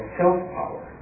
self-power